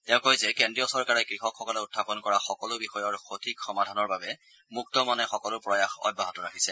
তেওঁ কয় যে কেন্দ্ৰীয় চৰকাৰে কৃষকসকলে উখাপন কৰা সকলো বিষয়ৰ সঠিক সমাধানৰ বাবে মুক্ত মনে সকলো প্ৰয়াস অব্যাহত ৰাখিছে